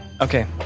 okay